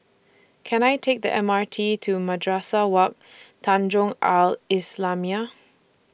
Can I Take The M R T to Madrasah Wak Tanjong Al Islamiah